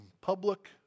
public